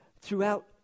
throughout